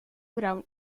brown